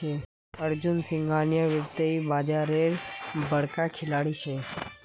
अर्जुन सिंघानिया वित्तीय बाजारेर बड़का खिलाड़ी छिके